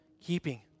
keeping